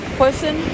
person